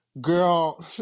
Girl